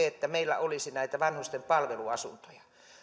että meillä olisi vanhusten palveluasuntoja